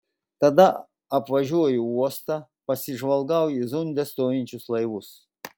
tada apvažiuoju uostą pasižvalgau į zunde stovinčius laivus